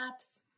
apps